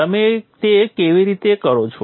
તમે તે કેવી રીતે કરો છો